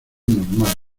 normal